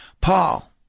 Paul